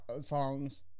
songs